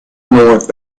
north